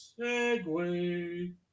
Segway